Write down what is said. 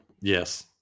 Yes